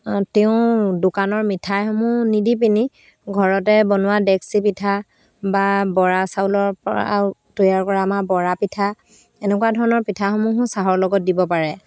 তেওঁ দোকানৰ মিঠাইসমূহ নিদি পিনি ঘৰতে বনোৱা ডেক্সি পিঠা বা বৰা চাউলৰ পৰা তৈয়াৰ কৰা আমাৰ বৰা পিঠা এনেকুৱা ধৰণৰ পিঠাসমূহো চাহৰ লগত দিব পাৰে